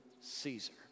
Caesar